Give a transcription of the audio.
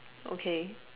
okay